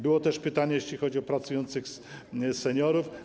Było też pytanie, jeśli chodzi o pracujących seniorów.